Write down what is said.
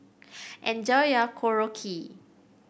enjoy your Korokke